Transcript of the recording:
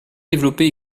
développé